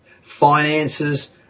finances